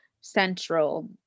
central